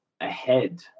ahead